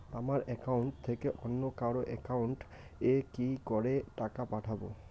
আমার একাউন্ট থেকে অন্য কারো একাউন্ট এ কি করে টাকা পাঠাবো?